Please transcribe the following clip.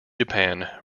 japan